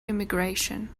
immigration